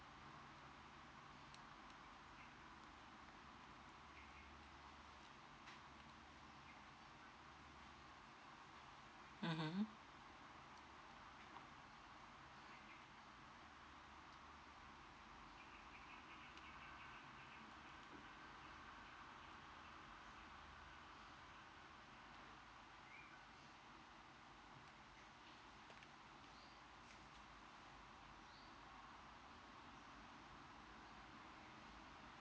mmhmm